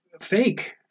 fake